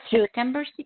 September